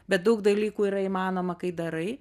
bet daug dalykų yra įmanoma kai darai